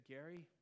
Gary